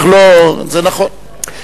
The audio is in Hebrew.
זה נכון.